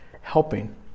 helping